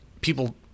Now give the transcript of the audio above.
people